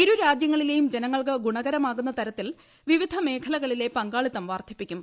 ഇരു രാജ്യങ്ങളിലേയും ജനങ്ങൾക്ക് ഗുണകരമാകുന്ന തരത്തിൽ വ്വിവിധ്യമേഖലകളിലെ പങ്കാളിത്തം വർദ്ധിപ്പിക്കും